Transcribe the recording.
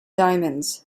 diamonds